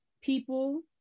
people